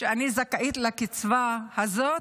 שאני זכאית לקצבה הזאת,